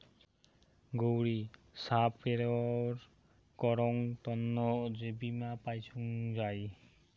গৌড়ি ছা পেরোয় করং তন্ন যে বীমা পাইচুঙ যাই